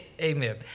Amen